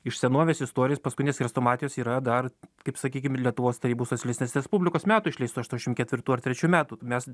iš senovės istorijos paskutinės chrestomatijos yra dar kaip sakykim lietuvos tarybų socialistinės respublikos metų išleistų aštuoniasšim ketvirtų ar trečių metų mes